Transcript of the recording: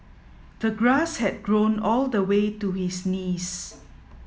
the grass had grown all the way to his knees